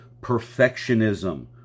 perfectionism